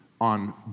on